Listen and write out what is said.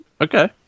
okay